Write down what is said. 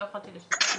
לא יכולתי להשתתף,